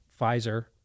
Pfizer